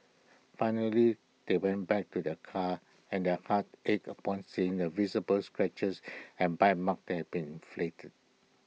finally they went back to their car and their hearts ached upon seeing the visible scratches and bite marks that had been flitted